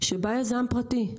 שבא יזם פרטי,